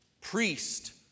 priest